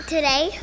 Today